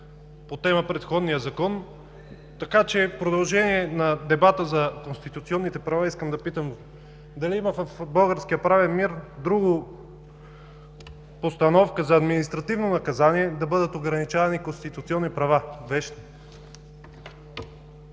по предходния Закон. По продължението на дебата за конституционните права бих искал да попитам: дали има в българския правен мир друга постановка за административно наказание – да бъдат ограничавани конституционни и вещни